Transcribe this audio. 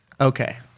Okay